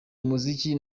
umuziki